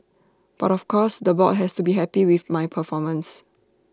but of course the board has to be happy with my performance